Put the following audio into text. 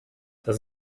das